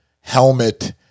Helmet